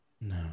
No